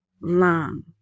long